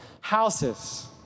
Houses